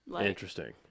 Interesting